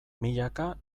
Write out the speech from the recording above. milaka